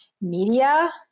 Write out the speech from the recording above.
media